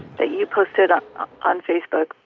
that you posted ah on facebook,